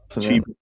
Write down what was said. cheap